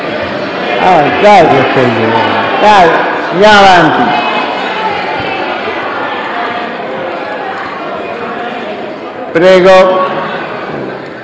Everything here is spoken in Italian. prego.